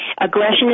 Aggression